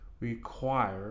require